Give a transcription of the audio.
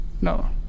no